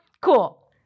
cool